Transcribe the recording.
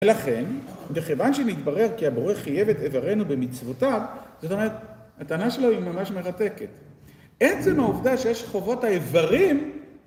ולכן, וכיוון שנתברר כי הבורא חייב את איברינו במצוותיו, זאת אומרת, הטענה שלו היא ממש מרתקת. עצם העובדה שיש חובות האיברים...